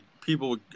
people